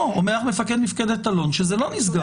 לא, אומר לך מפקד מפקדת אלון שלא נסגר.